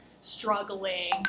struggling